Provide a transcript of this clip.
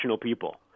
people